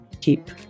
keep